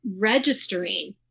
registering